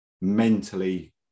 mentally